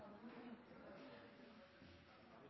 i tillegg til det